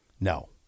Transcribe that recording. no